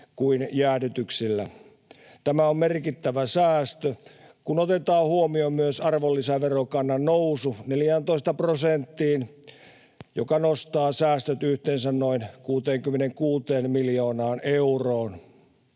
kuin jäädytyksillä. Tämä on merkittävä säästö, kun otetaan huomioon myös arvonlisäverokannan nousu 14 prosenttiin, joka nostaa säästöt yhteensä noin 66 miljoonaan euroon.